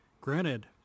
Granted